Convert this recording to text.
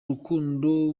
rukundo